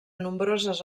nombroses